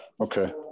Okay